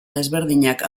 desberdinak